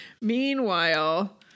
Meanwhile